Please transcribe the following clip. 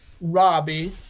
Robbie